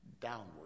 downward